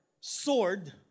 sword